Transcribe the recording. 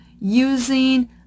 using